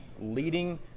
leading